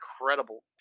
incredible